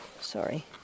sorry